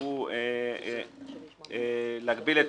הוא להגביל את